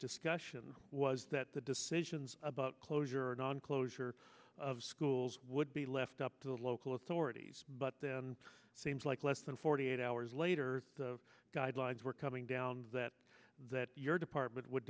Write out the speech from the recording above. discussion was that the decisions about closure and on closure of schools would be left up to local authorities but then it seems like less than forty eight hours later the guidelines were coming down that that your department would